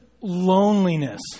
loneliness